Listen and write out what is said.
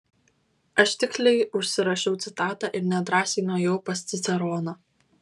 aš tiksliai užsirašiau citatą ir nedrąsiai nuėjau pas ciceroną